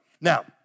Now